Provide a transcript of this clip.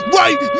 right